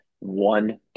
one